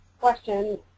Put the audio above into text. question